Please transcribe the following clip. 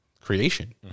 creation